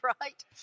right